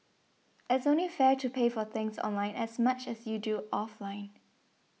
it's only fair to pay for things online as much as you do offline